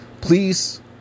please